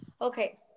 Okay